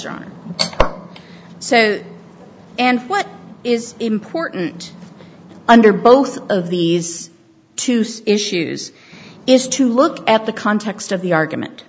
john so and what is important under both of these two sides issues is to look at the context of the argument